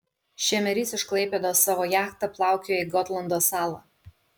šemerys iš klaipėdos savo jachta plaukioja į gotlando salą